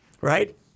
right